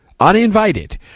Uninvited